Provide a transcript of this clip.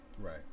right